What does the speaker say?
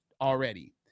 already